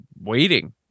waiting